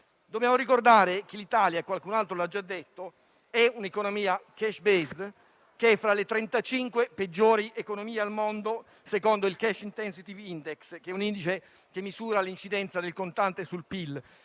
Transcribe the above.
Dobbiamo ricordare che l'Italia - qualcun altro l'ha già detto - è un'economia *cash-based* fra le trentacinque peggiori al mondo, secondo il *cash intensity index*, che è un indice che misura l'incidenza del contante sul PIL.